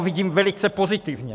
Vidím ho velice pozitivně.